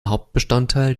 hauptbestandteil